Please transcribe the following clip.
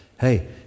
Hey